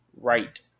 right